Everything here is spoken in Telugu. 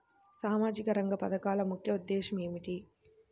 సామాజిక రంగ పథకాల ముఖ్య ఉద్దేశం ఏమిటీ?